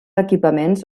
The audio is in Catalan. equipaments